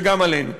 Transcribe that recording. וגם עלינו.